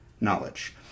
knowledge